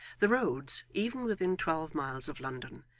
the roads, even within twelve miles of london,